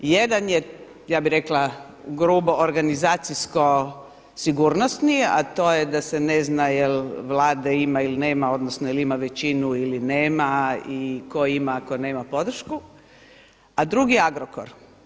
Jedan je ja bih rekla grubo, organizacijsko-sigurnosni, a to je da se ne zna jel Vlada ima ili nema odnosno jel ima većinu ili nema, i tko ima, a tko nema podršku, a drugi je Agrokor.